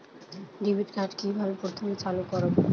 Debit card কিভাবে প্রথমে চালু করব?